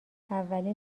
اولین